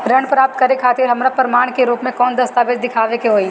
ऋण प्राप्त करे खातिर हमरा प्रमाण के रूप में कौन दस्तावेज़ दिखावे के होई?